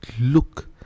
look